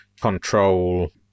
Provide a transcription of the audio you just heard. control